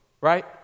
Right